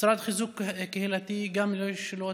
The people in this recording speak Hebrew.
וגם למשרד לחיזוק קהילתי יש תוכניות.